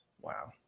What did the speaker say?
wow